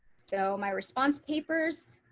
so my response papers.